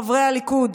חברי הליכוד,